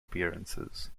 appearances